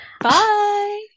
Bye